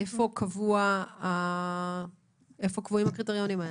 איפה קבועים הקריטריונים האלה?